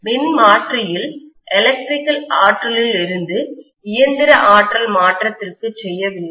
எனவே மின்மாற்றியில் எலக்ட்ரிக்கல் ஆற்றலில் இருந்து இயந்திர ஆற்றல் மாற்றத்திற்கு செய்யவில்லை